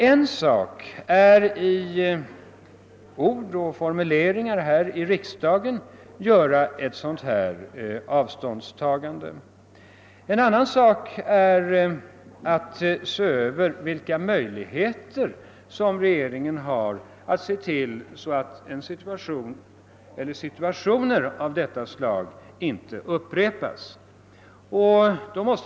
En sak är emellertid att med ord och formuleringar göra ett sådant avståndstagande här i kammaren, en annan är vilka möjligheter regeringen har att tillse att situationer av detta slag inte upprepas.